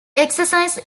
exercise